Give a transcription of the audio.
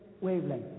wavelength